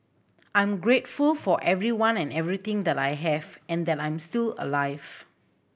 I'm grateful for everyone and everything that I have and that I'm still alive